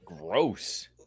Gross